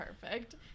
perfect